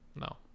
No